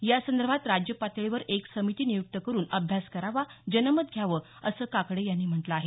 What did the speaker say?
यासंदर्भात राज्य पातळीवर एक समिती नियुक्त करून अभ्यास करावा जनमत घ्यावं असं काकडे यांनी म्हटलं आहे